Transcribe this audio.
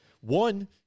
one